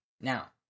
Now